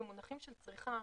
במונחים של צריכה,